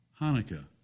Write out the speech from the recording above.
Hanukkah